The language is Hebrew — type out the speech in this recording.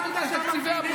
אתה יכול לשבת.